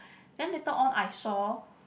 then later on I saw